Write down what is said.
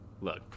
look